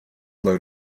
load